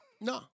No